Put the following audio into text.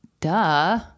Duh